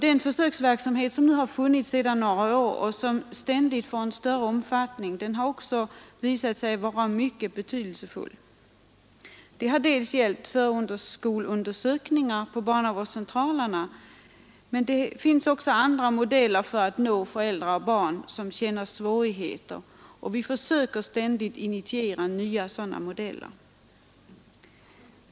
Den försöksverksamhet som har funnits sedan några år och som nu ständigt får större omfattning har visat sig mycket betydelsefull. Det har gällt förskoleundersökningar på barnavårdscentraler, men även andra modeller prövas för att nå föräldrar och barn som känner svårigheter. Vi försöker ständigt initiera nya modeller.